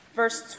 verse